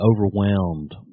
overwhelmed